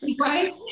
right